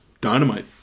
dynamite